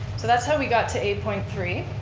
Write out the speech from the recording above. so that's how we got to eight point three.